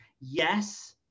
Yes